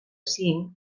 cinc